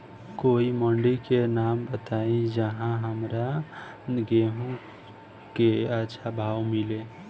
कोई मंडी के नाम बताई जहां हमरा गेहूं के अच्छा भाव मिले?